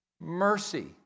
mercy